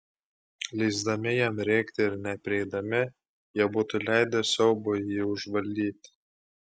leisdami jam rėkti ir neprieidami jie būtų leidę siaubui jį užvaldyti